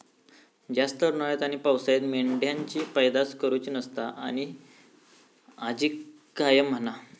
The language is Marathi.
जास्त उन्हाळ्यात आणि पावसाळ्यात मेंढ्यांची पैदास करुची नसता, असा आजी कायम म्हणा